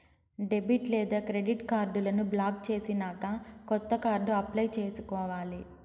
debit లేదా credit కార్డులను block చేసినాక కొత్త కార్డు అప్లై చేసుకోవాలి